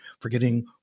forgetting